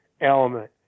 element